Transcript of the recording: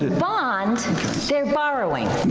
bond, they're borrowing.